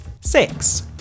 Six